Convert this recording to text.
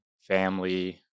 family